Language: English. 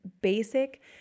basic